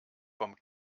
vom